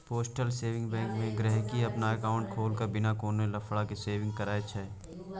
postal saving bank मे गांहिकी अपन एकांउट खोलबाए बिना कोनो लफड़ा केँ सेविंग करय छै